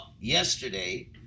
yesterday